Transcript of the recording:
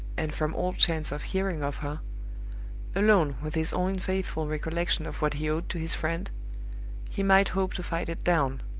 and from all chance of hearing of her alone with his own faithful recollection of what he owed to his friend he might hope to fight it down,